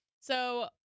So-